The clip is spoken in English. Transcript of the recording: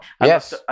Yes